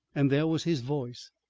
and there was his voice.